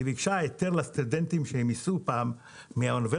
והיא ביקשה היתר לסטודנטים שיסעו מהאוניברסיטה